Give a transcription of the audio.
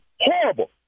horrible